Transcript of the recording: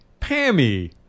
Pammy